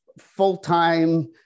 full-time